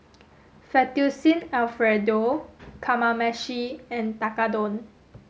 Fettuccine Alfredo Kamameshi and Tekkadon